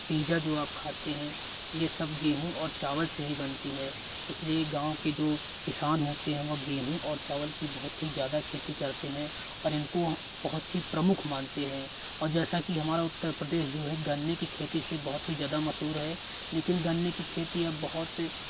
pizza जो आप खाते हैं ये सब गेहूँ और चावल से ही बनती है इसलिए गाँव के जो किसान होते हैं वो गेहूँ और चावल कि बहुत ही ज्यादा खेती करते हैं और इनको बहुत ही प्रमुख मानते हैं और जैसा कि हमारा उत्तर प्रदेश जो है गन्ने कि खेती से बहुत ही ज्यादा मशहूर है लेकिन गन्ने की खेती अब बहुत